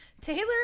Taylor